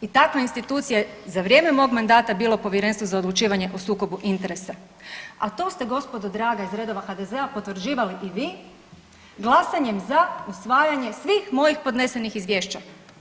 i takve institucije za vrijeme mog mandata bilo Povjerenstvo za odlučivanje o sukobu interesa, a to ste gospodo draga iz redova HDZ-a potvrđivali i vi glasanjem za usvajanjem svih mojih podnesenih izvješća.